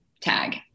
tag